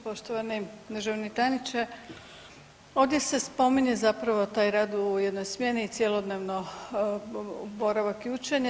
Poštovani državni tajniče, ovdje se spominje zapravo taj rad u jednoj smjeni i cjelodnevno boravak i učenje.